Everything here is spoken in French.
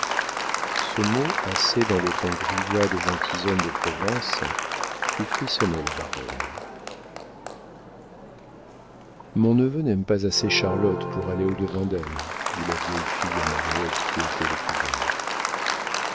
ce mot assez dans le ton grivois des gentilshommes de province fit frissonner la baronne mon neveu n'aime pas assez charlotte pour aller au-devant d'elle dit la vieille fille à mariotte qui ôtait le couvert